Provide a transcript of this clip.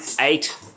Eight